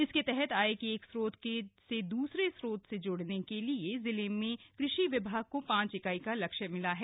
इसके तहत आय के एक स्रोत से दूसरे स्रोत से जुड़ने के लिए जिले में कृषि विभाग को पांच ईकाई का लक्ष्य मिला है